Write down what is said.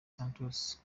santos